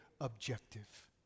objective